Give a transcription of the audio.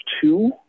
two